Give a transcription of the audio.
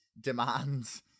demands